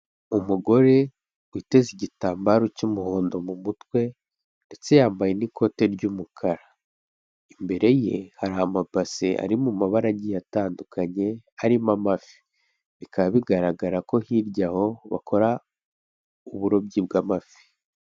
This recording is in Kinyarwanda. Umugore witeze igitambaro cy'umuhondo mu mutwe, ndetse yambaye n'ikote ry'umukara. Imbere ye hari amabase ari mu mabara agiye atandukanye harimo amafi, bikaba bigaragara ko hirya aho bakora uburobyi bw'amafi.